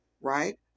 Right